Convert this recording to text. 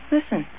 Listen